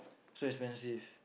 so expensive